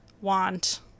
want